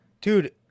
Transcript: dude